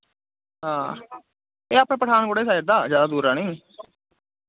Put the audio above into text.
हां एह् अपने पठानकोट आह्ली साइड दा ज्यादा दूरा नि